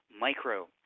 micro